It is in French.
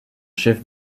chef